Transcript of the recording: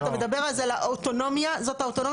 אתה מדבר על זה אוטונומיה, זאת האוטונומיה.